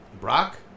Brock